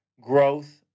growth